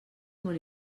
molt